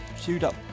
chewed-up